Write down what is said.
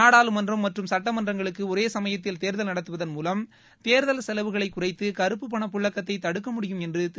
நாடாளுமன்றம் மற்றும் சட்டமன்றங்களுக்கு ஒரேசமயத்தில் தேர்தல் நடத்துவதன் மூலம் தேர்தல் செலவுகளைக் குறைத்து கருப்பப் பணப் புழக்கத்தை தடுக்க முடியும் என்றும் திரு